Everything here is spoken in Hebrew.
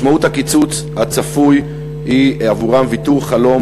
משמעות הקיצוץ הצפוי עבורם היא ויתור על חלום